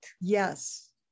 Yes